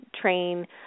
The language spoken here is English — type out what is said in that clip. train